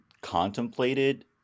contemplated